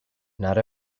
not